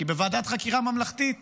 כי בוועדת חקירה ממלכתית